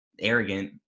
arrogant